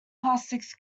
plastics